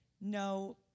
No